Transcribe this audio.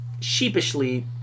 sheepishly